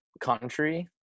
country